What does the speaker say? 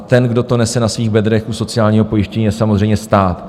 Ten, kdo to nese na svých bedrech u sociálního pojištění, je samozřejmě stát.